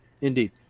indeed